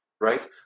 right